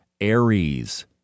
Aries